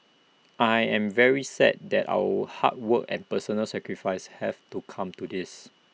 I am very sad that our hard work and personal sacrifice have come to this